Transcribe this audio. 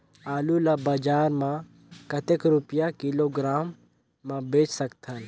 आलू ला बजार मां कतेक रुपिया किलोग्राम म बेच सकथन?